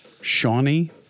Shawnee